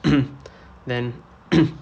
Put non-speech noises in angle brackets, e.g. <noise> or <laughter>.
<coughs> then <coughs>